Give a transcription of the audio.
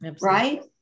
Right